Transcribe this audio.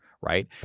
right